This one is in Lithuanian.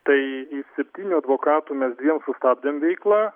tai iš septynių advokatų mes dviem sustabdėm veiklą